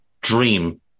Dream